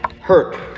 hurt